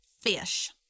fish